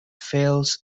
falls